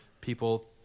people